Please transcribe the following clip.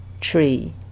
tree